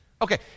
Okay